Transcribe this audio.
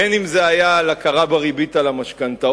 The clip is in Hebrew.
בין אם זה היה על הכרה בריבית על המשכנתאות,